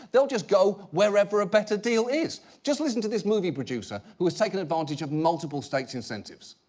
they'll just go wherever a better deal is. just listen to this movie producer who has taken advantage of multiple states' incentives.